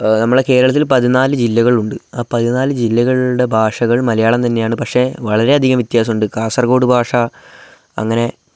നമ്മുടെ കേരളത്തില് പതിനാല് ജില്ലകളുണ്ട് ആ പതിനാല് ജില്ലകളുടെ ഭാഷകൾ മലയാളം തന്നെയാണ് പക്ഷെ വളരെയധികം വ്യത്യാസമുണ്ട് കാസർഗോഡ് ഭാഷ അങ്ങനെ